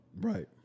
Right